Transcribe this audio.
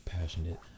passionate